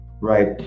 right